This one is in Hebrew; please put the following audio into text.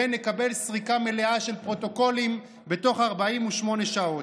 ונקבל סריקה מלאה של פרוטוקולים בתוך 48 שעות.